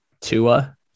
Tua